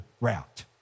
route